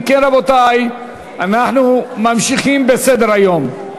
אם כן, רבותי, אנחנו ממשיכים בסדר-היום.